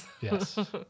Yes